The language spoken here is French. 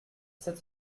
sept